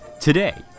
today